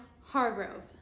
Hargrove